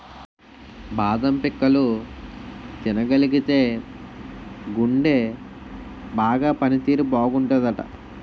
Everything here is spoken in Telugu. బాదం పిక్కలు తినగలిగితేయ్ గుండె బాగా పని తీరు బాగుంటాదట